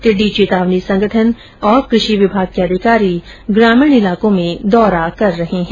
टिड्डी चेतावनी संगठन और कृषि विभाग के अधिकारी ग्रामीण इलाकों में दौरा कर रहे हैं